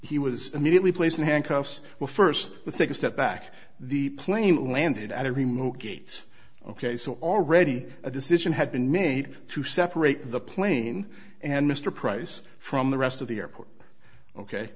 he was immediately placed in handcuffs were first let's take a step back the plane landed at a remote gate ok so already a decision had been made to separate the plane and mr price from the rest of the airport ok